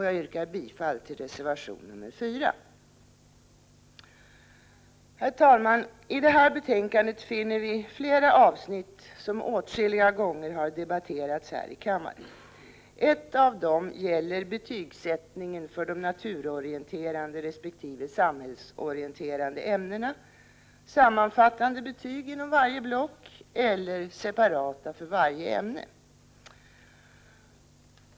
Jag yrkar bifall till reservation nr 4. Herr talman! I det här betänkandet finner vi flera avsnitt som åtskilliga gånger har debatterats här i kammaren. Ett av dem gäller betygsättningen för de naturorienterande resp. samhällsorienterande ämnena, om det skall ges sammanfattande betyg inom varje block eller separata för varje ämne.